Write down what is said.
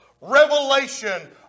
revelation